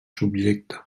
subjecte